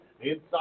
Inside